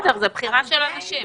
בסדר, זו בחירה של אנשים.